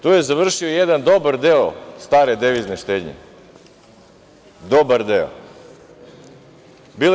Tu je završio jedan dobar deo stare devizne štednje, dobar deo.